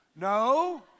No